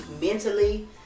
mentally